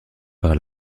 par